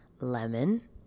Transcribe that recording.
Lemon